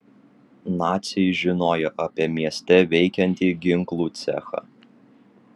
naciai žinojo apie mieste veikiantį ginklų cechą